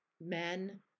men